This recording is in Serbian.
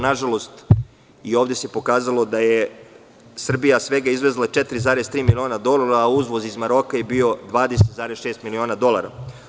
Nažalost, i ovde se pokazalo da je Srbija svega izvezla 4,3 miliona dolara, a uvoz iz Maroka je bio 20,6 miliona dolara.